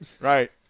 right